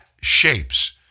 shapes